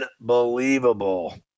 Unbelievable